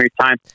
time